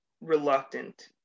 reluctant